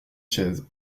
chaise